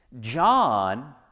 John